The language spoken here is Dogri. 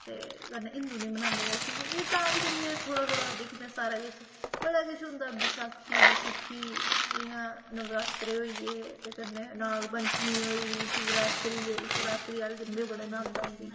ते कन्नै हिंदू नीं मनांदे उसी नी तां बी करियै थोह्ड़ा थोह्ड़ा दिखदे सारा किश बड़ा किश होंदा बसाखी बसूखी इ'यां नवरात्रे होई गे ते कन्नै नागपंचमीं होई शिवरात्री होई शिवरात्री आह्ले दिन बी बड़ी नंद आंदी